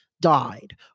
died